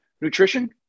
nutrition